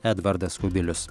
edvardas kubilius